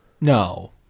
No